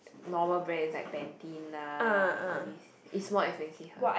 normal brands like Pantene lah all these it's more expensive